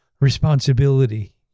responsibility